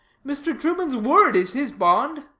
mr. truman's word is his bond.